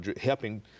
helping